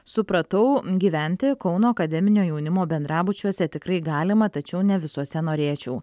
supratau gyventi kauno akademinio jaunimo bendrabučiuose tikrai galima tačiau ne visuose norėčiau